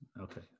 Okay